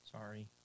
Sorry